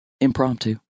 impromptu